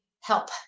help